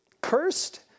Cursed